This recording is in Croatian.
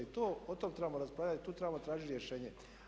I to, o tome trebamo raspravljati, tu trebamo tražiti rješenje.